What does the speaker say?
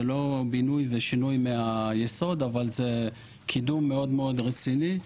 זה לא בינוי ושינוי מהיסוד אבל זה קידום מאוד מאוד רציני.